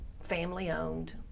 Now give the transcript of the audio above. family-owned